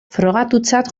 frogatutzat